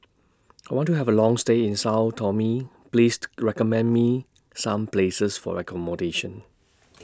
I want to Have A Long stay in Sao Tome pleased recommend Me Some Places For accommodation